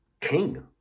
king